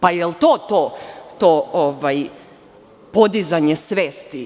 Da li je to to podizanje svesti?